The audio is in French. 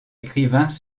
écrivains